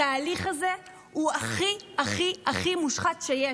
התהליך הזה הוא הכי הכי מושחת שיש.